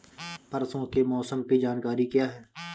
परसों के मौसम की जानकारी क्या है?